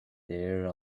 there